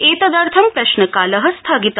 एत र्थ प्रश्नकाल स्थगित